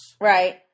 Right